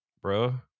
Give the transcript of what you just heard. bro